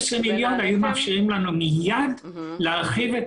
200,000,000 ₪ היו מאפשרים לנו מיד להרחיב את